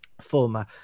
former